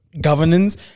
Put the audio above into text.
governance